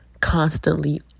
constantly